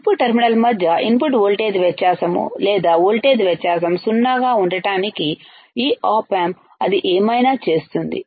input terminals మధ్య input voltage వ్యత్యాసం లేదా వోల్టేజ్ వ్యత్యాసం సున్నాగా ఉండటానికి ఈ ఆప్ ఆంప్ అది ఏమైనా చేస్తుంది